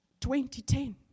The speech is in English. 2010